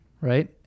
right